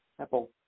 Apple